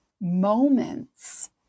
moments